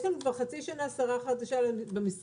יש לנו כבר חצי שנה שרה חדשה במשרד.